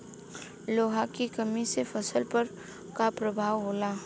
लोहा के कमी से फसल पर का प्रभाव होला?